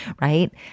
right